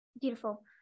Beautiful